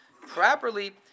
properly